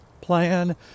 Plan